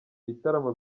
ibitaramo